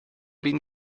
been